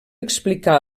explicar